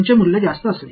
மாணவர்உயர்